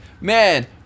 man